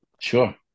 Sure